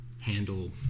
handle